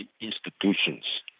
institutions